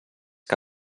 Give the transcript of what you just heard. que